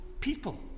people